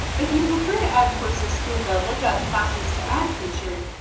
if you prefer to add courses through the look-up classes to add feature,